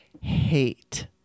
hate